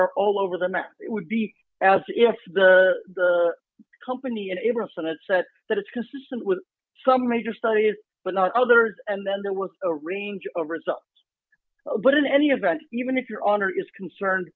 are all over the map it would be as if the company in abramson had said that it's consistent with some major studies but not others and then there was a range of results but in any event even if your honor is concerned